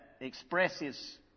expresses